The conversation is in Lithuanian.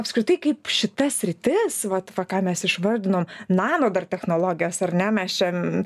apskritai kaip šita sritis vat va ką mes išvardinom nano dar technologijos ar ne mes šen